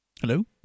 Hello